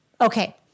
Okay